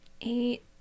Eight